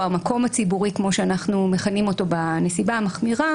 "המקום הציבורי" כמו שאנחנו מכנים אותו בנסיבה המחמירה